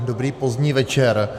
Dobrý pozdní večer.